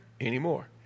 anymore